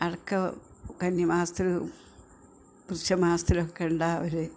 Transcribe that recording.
അടയ്ക്ക കന്നിമാസത്തില് വൃശ്ചിക മാസത്തിലൊക്കെയാണ് ഉണ്ടാവല്